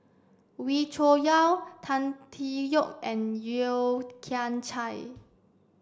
Wee Cho Yaw Tan Tee Yoke and Yeo Kian Chye